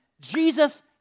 Jesus